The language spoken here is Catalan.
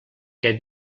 què